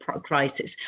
crisis